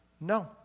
No